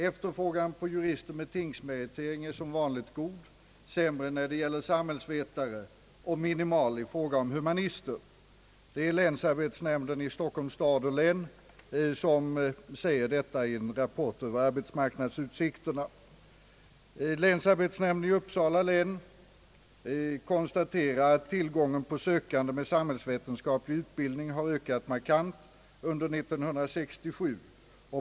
Efterfrågan på jurister med tingsmeritering är som vanligt god, sämre när det gäller samhällsvetare och minimal i fråga om humanister.» Det är länsarbetsnämnden i Stockholms stad och län som säger detta i en rapport över arbetsmarknadsutsikterna. Länsarbetsnämnden i Uppsala län konstaterar att tillgången på sökande med samhällsvetenskaplig utbildning har ökat markant under 1967.